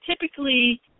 typically